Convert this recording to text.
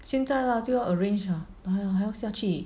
现在 lah 就要 arrange ah 还还还要下去